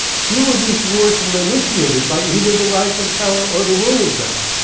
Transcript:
few of these wars were initiated by either the rising power or the ruling power.